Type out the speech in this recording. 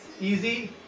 easy